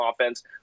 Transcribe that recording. offense